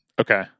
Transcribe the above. Okay